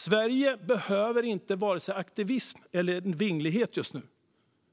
Sverige behöver inte vare sig aktivism eller vinglighet just nu,